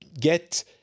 get